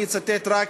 אני אצטט רק,